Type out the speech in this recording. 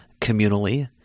communally